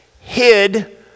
hid